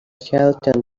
charlatan